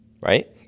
right